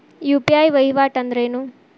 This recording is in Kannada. ಯು.ಪಿ.ಐ ವಹಿವಾಟ್ ಅಂದ್ರೇನು?